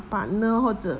partner 或者